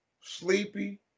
Sleepy